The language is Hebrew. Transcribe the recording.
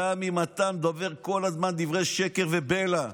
גם אם אתה דובר כל הזמן דברי שקר ובלע.